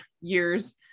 years